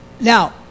now